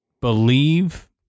believe